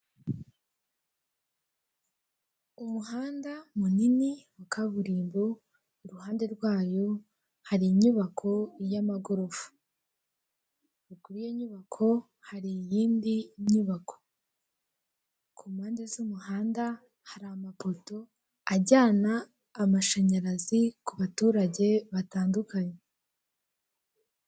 Umuhanda munini wa kaburimbo iruhande rwawo hari inyubako y'amagorofa, haruguru y'iyo nyubako hari iyindi nyubako. Ku mpande z'umuhanda hari amapoto ajyana amashanyarazi ku baturage batandukanye.